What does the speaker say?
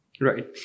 right